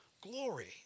glory